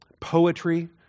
poetry